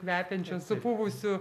kvepiančio supuvusiu